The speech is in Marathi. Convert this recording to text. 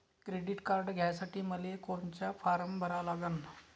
क्रेडिट कार्ड घ्यासाठी मले कोनचा फारम भरा लागन?